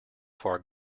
far